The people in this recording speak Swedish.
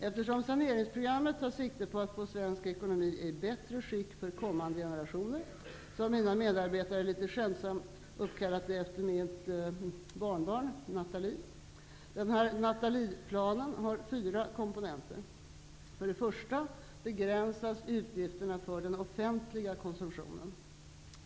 Eftersom saneringsprogrammet tar sikte på att få svensk ekonomi i bättre skick för kommande generationer, har mina medarbetare litet skämtsamt uppkallat det efter mitt barnbarn Nathalie. Nathalieplanen har fyra komponenter. För det första begränsas utgifterna för den offentliga konsumtionen.